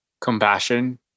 Compassion